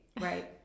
Right